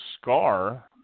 scar